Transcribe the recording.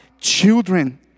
children